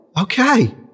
okay